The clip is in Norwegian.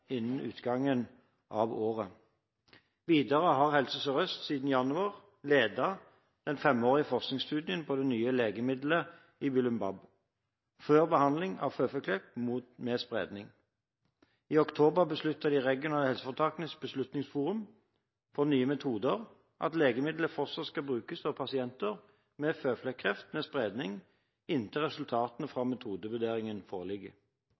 innen utgangen av året. Videre har Helse Sør-Øst siden januar ledet den femårige forskningsstudien på det nye legemiddelet Ipilimumab for behandling av føflekkreft med spredning. I oktober besluttet de regionale helseforetakenes Beslutningsforum for nye metoder at legemiddelet fortsatt skal brukes på pasienter med føflekkreft med spredning, inntil resultatene fra metodevurderingen foreligger.